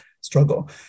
struggle